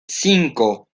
cinco